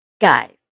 guys